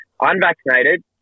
Unvaccinated